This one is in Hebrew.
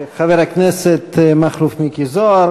חבר הכנסת מכלוף מיקי זוהר.